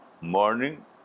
morning